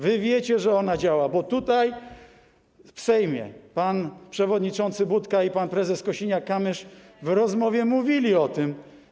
Wy wiecie, że ona działa, bo tutaj w Sejmie pan przewodniczący Budka i pan prezes Kosiniak-Kamysz w rozmowie mówili o tym.